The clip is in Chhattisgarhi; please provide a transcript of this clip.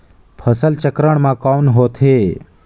फसल चक्रण मा कौन होथे?